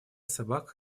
собак